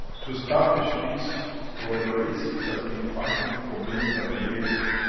to establish peace, for a race which has been fighting for millions of years,